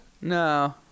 No